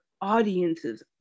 audience's